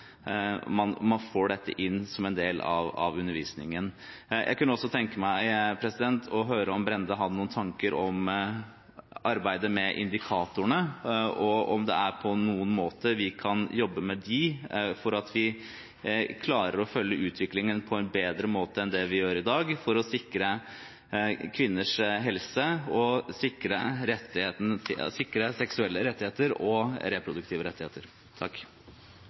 dette inn som en del av undervisningen. Jeg kunne også tenke meg å høre om Brende har noen tanker om arbeidet med indikatorene, og om det er måter vi kan jobbe med dem på for at vi skal klare å følge utviklingen på en bedre måte enn det vi gjør i dag for å sikre kvinners helse og sikre seksuelle og reproduktive rettigheter. Igjen takk